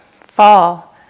fall